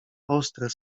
ostre